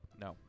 No